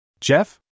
Jeff